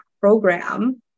program